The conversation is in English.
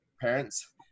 parents